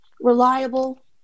reliable